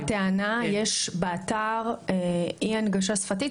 עדיין יש באתר אי הנגשה שפתית,